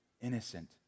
innocent